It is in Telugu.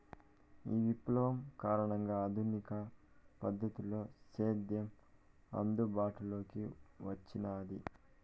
ఈ విప్లవం కారణంగా ఆధునిక పద్ధతిలో సేద్యం అందుబాటులోకి వచ్చినాది